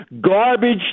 Garbage